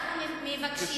היא מבלבלת את המוח.